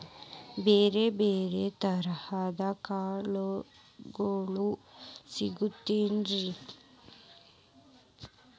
ಬ್ಯಾರೆ ಬ್ಯಾರೆ ತರದ್ ಕಾಳಗೊಳು ಸಿಗತಾವೇನ್ರಿ?